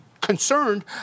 concerned